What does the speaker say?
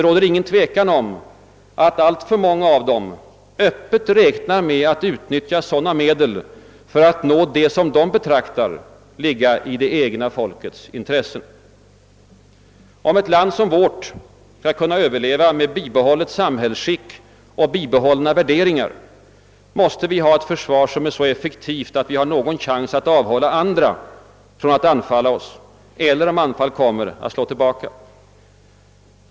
Ingen tvekan råder om att alltför många av dem öppet räknar med att utnyttja sådana medel för att nå vad de anser ligga i det egna folkets intresse. Om ett land som vårt skall kunna överleva med bibehållet samhällsskick och bibehållna värderingar måste vi ha ett försvar som är så effektivt att vi har någon chans att avhålla andra från att anfalla oss eller, om anfall kommer, att slå tillbaka.